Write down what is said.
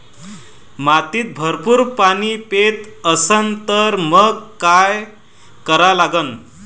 माती भरपूर पाणी पेत असन तर मंग काय करा लागन?